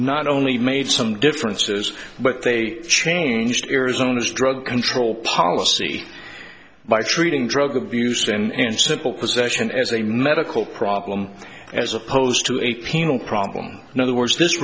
not only made some differences but they changed arizona's drug control policy by treating drug abuse and simple possession as a medical problem as opposed to a penal problem in other words this